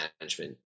management